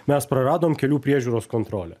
mes praradom kelių priežiūros kontrolę